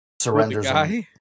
surrenders